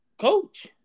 Coach